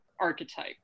archetype